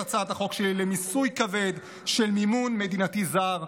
הצעת החוק שלי למיסוי כבד של מימון מדינתי זר.